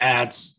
adds